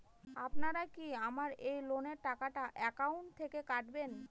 আপনারা কি আমার এই লোনের টাকাটা একাউন্ট থেকে কাটবেন?